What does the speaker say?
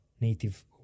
native